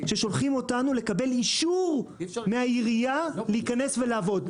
כששולחים אותנו לקבל אישור מהעירייה להיכנס ולעבוד.